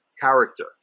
character